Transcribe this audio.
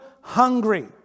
hungry